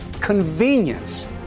convenience